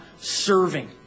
serving